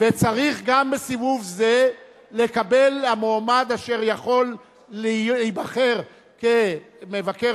וגם בסיבוב זה צריך המועמד אשר יכול להיבחר כמבקר